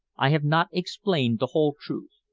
i have not explained the whole truth.